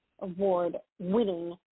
award-winning